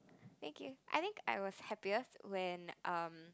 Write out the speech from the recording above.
thank you I think I was happiest when um